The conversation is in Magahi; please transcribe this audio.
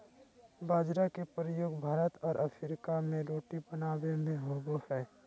बाजरा के प्रयोग भारत और अफ्रीका में रोटी बनाबे में होबो हइ